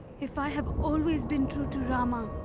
if i have always been true to rama,